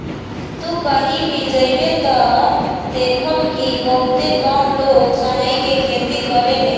तू कही भी जइब त देखब कि बहुते कम लोग सनई के खेती करेले